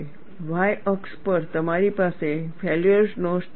y અક્ષ પર તમારી પાસે ફેલ્યોર નો સ્ટ્રેસ છે